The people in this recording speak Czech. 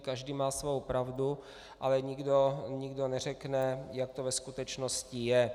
Každý má svou pravdu, ale nikdo neřekne, jak to ve skutečnosti je.